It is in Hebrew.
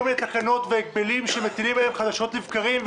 מיני תקנות והגבלים שמטילים עליהם חדשות לבקרים.